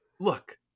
Look